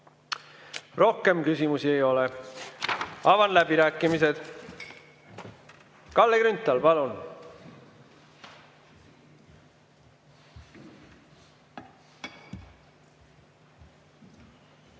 Rohkem küsimusi ei ole. Avan läbirääkimised. Kalle Grünthal, palun!